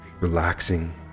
Relaxing